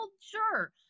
sure